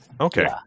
okay